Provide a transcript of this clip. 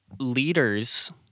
leaders